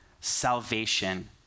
salvation